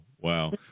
Wow